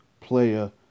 Player